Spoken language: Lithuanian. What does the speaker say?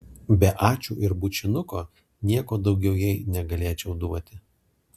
be ačiū ir bučinuko nieko daugiau jai negalėčiau duoti